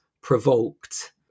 provoked